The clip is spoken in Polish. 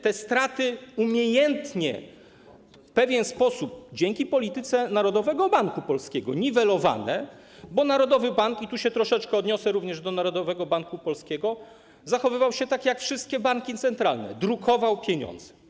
Te straty były umiejętnie - w pewien sposób dzięki polityce Narodowego Banku Polskiego - niwelowane, bo narodowy bank, i tu odniosę się również do Narodowego Banku Polskiego, zachowywał się tak jak wszystkie banki centralne: drukował pieniądze.